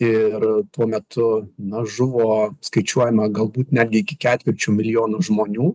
ir tuo metu na žuvo skaičiuojama galbūt netgi iki ketvirčio milijono žmonių